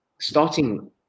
starting